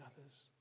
others